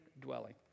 dwelling